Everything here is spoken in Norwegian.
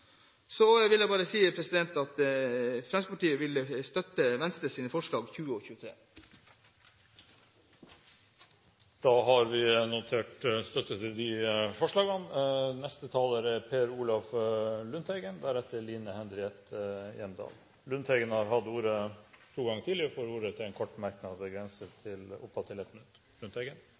Så vil jeg si at Fremskrittspartiet vil støtte Venstres forslag nr. 20 og nr. 23. Representanten Per Olaf Lundteigen har hatt ordet to ganger tidligere og får ordet til en kort merknad, begrenset til